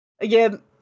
again